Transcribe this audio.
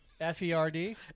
F-E-R-D